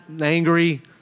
angry